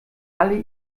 alle